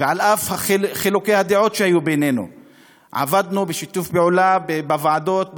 ועל אף חילוקי הדעות שהיו בינינו עבדנו בשיתוף פעולה בוועדות,